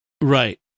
Right